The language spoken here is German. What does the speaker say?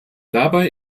dabei